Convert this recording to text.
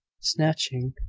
snatching!